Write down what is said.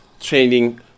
training